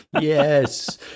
Yes